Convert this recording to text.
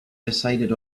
decided